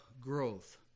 growth